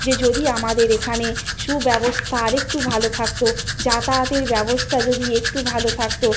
যে যদি আমাদের এখানে সুব্যবস্থা আরেকটু ভালো থাকত যাতায়াতের ব্যবস্থা যদি একটু ভালো থাকত